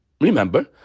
Remember